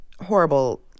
horrible